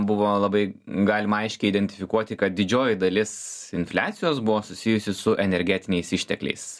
buvo labai galima aiškiai identifikuoti kad didžioji dalis infliacijos buvo susijusi su energetiniais ištekliais